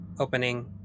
opening